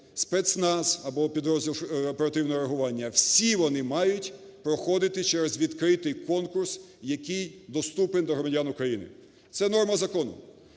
спецназ або підрозділ оперативного реагування – всі вони мають проходити через відкритий конкурс, який доступний для громадян України. Це норма закону.